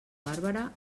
bàrbara